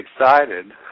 excited